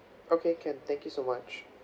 okay can thank you so much